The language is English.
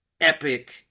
epic